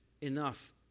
enough